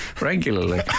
regularly